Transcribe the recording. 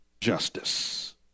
justice